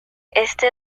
este